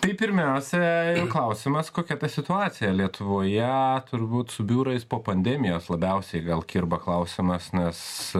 tai pirmiausia klausimas kokia ta situacija lietuvoje turbūt su biurais po pandemijos labiausiai gal kirba klausimas nes